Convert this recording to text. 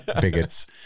Bigots